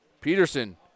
Peterson